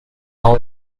isle